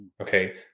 okay